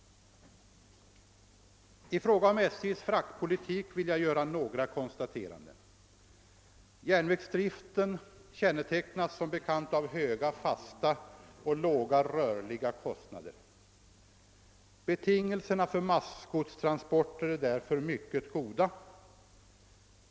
I fråga om SJ:s fraktpolitik vill jag göra några konstateranden. Järnvägsdriften kännetecknas som bekant av höga fasta och låga rörliga kostnader. Betingelserna för massgodstransporter är därför mycket goda.